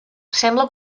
sembla